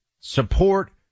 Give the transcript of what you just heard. support